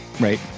right